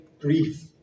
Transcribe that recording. grief